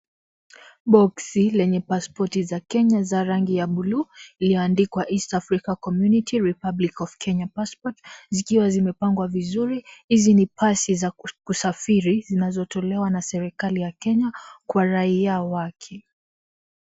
Boksi lenye paspoti za Kenya za rangi ya bulu iliyoandikwa East Africa Community Republic of Kenya Passpot zikiwa zimepangwa vizuri, hizi ni pasi za kusafiri zinazotolewa na serikali ya Kenya kwa rahia wake.